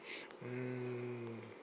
mm